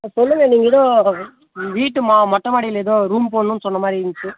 சொல்லுங்கள் நீங்கள் எதோ வீட்டு மா மொட்டை மாடியில எதோ ரூம் போடணும்ன்னு சொன்ன மாதிரி இருந்துச்சு